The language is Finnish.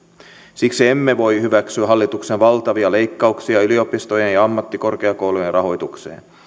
siksi emme voi hyväksyä hallituksen valtavia leikkauksia yliopistojen ja ja ammattikorkeakoulujen rahoitukseen